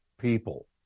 people